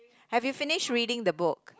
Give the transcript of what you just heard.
have you finished reading the book